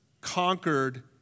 conquered